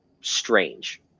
strange